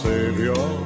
Savior